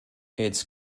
its